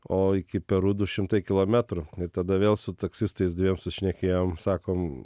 o iki peru du šimtai kilometrų ir tada vėl su taksistais dviem sušnekėjom sakom